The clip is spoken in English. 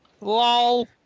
LOL